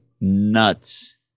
nuts